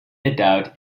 adult